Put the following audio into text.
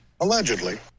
Allegedly